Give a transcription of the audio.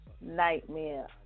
nightmare